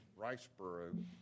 Riceboro